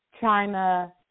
China